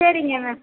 சரிங்க மேம்